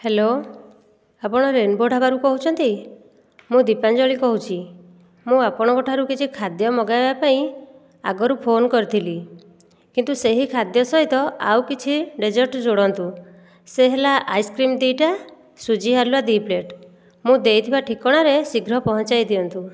hello ଆପଣ rainbow ଢାବାରୁ କହୁଛନ୍ତି ମୁଁ ଦିପାଞ୍ଜଳି କହୁଛି ମୁଁ ଆପଣଙ୍କଠାରୁ କିଛି ଖାଦ୍ୟ ମଗାଇବା ପାଇଁ ଆଗରୁ ଫୋନ୍ କରିଥିଲି କିନ୍ତୁ ସେହି ଖାଦ୍ୟ ସହିତ ଆଉ କିଛି ଡେଜର୍ଟ ଯୋଡ଼ନ୍ତୁ ସେ ହେଲା ଆଇସ୍କ୍ରିମ ଦୁଇଟା ସୁଜି ହାଲୱା ଦୁଇ ପ୍ଲେଟ୍ ମୁଁ ଦେଇଥିବା ଠିକଣାରେ ଶୀଘ୍ର ପହଞ୍ଚାଇ ଦିଅନ୍ତୁ